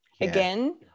Again